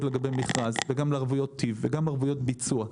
לגבי מכרז וגם לערבויות טיב וגם לערבויות ביצוע.